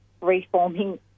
reforming